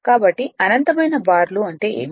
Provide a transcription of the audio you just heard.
కాబట్టి అనంతమైన బార్లు అంటే ఏమిటి